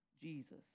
Jesus